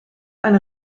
eine